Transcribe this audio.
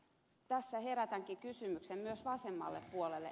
tässä herätänkin kysymyksen myös vasemmalle puolelle